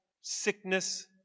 sickness